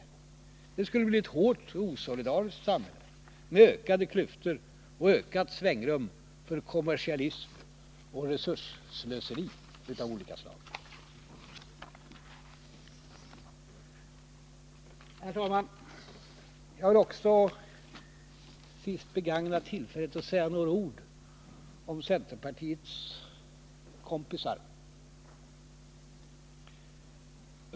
Det skulle i stället bli ett hårt och osolidariskt samhälle med ökade klyftor och ett ökat svängrum för kommersialism och resursslöseri av olika slag. Herr talman! Till sist vill jag också begagna tillfället att säga några ord om centerpartiets kompisar.